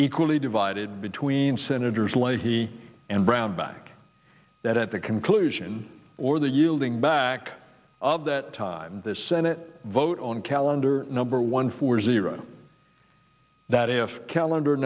equally divided between senators leahy and brownback that at the conclusion or the yielding back of that time the senate vote on calendar number one four zero that if calendar